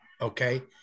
okay